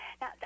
Now